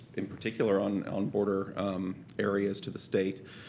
in particular, on on border areas to the state.